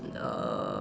uh